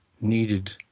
needed